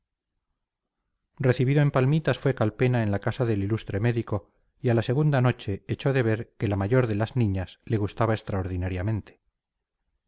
recibido en palmitas fue calpena en la casa del ilustre médico y a la segunda noche echó de ver que la mayor de las niñas le gustaba extraordinariamente